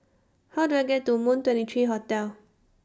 How Do I get to Moon twenty three Hotel